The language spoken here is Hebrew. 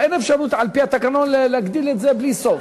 ואין אפשרות על-פי התקנון להגדיל את זה בלי סוף.